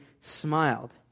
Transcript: smiled